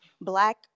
black